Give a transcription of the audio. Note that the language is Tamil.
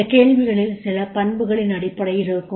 இந்த கேள்விகளில் சில பண்புகளின் அடிப்படையில் இருக்கும்